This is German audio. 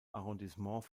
arrondissement